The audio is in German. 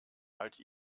halt